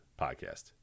podcast